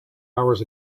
hours